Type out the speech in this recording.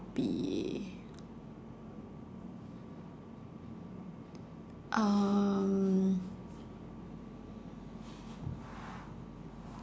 be um